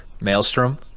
Maelstrom